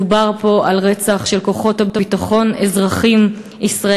מדובר פה על רצח בידי כוחות הביטחון של אזרחים ישראלים,